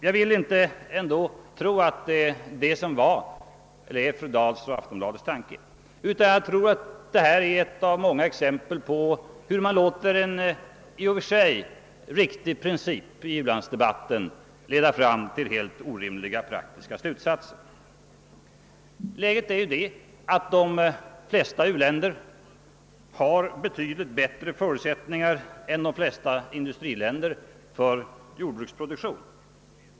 Jag vill ändå inte tro att detta är eller var fru Dahls och Aftonbladets tanke utan tror att det är ett av många exempel på hur man låter en i och för sig riktig princip i u-landsdebatten leda fram till helt orimliga praktiska slutsatser. De flesta u-länder har betydligt bättre förutsättningar för jordbruksproduktion än de flesta industriländer.